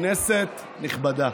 כנסת נכבדה.